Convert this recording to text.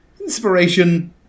Inspiration